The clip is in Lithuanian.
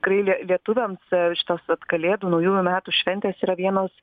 tikrai lie lietuviams šitos vat kalėdų naujųjų metų šventės yra vienos